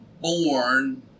born